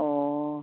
অঁ